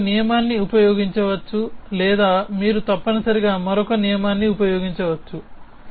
మీరు ఒక నియమాన్ని ఉపయోగించవచ్చు లేదా మీరు తప్పనిసరిగా మరొక నియమాన్ని ఉపయోగించవచ్చు